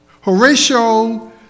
Horatio